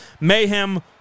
Mayhem